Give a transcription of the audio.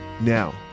Now